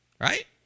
Right